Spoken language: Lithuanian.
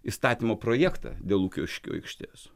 įstatymo projektą dėl lukiškių aikštės